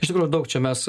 iš tikrųjų daug čia mes